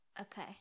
okay